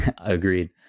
agreed